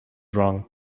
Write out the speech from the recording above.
wrong